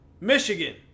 Michigan